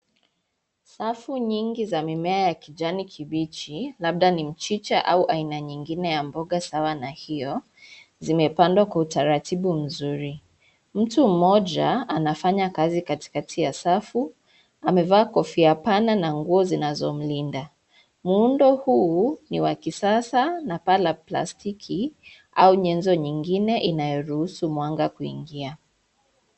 Safu nyingi za mimea ya kijani kibiji, labda ni mchicha au aina nyingine ya mboge sawa na hiyo, zimepandwa kwa utaratibu mzuri. Mtu moja anafanya kazi katikati ya safu, amevaa kofia pana na nguo zinazomlinda. Muundo huu ni wakisasa na paa la plastiki au nyenzo nyingine inayorusu mwanga kuingia.